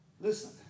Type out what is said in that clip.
Listen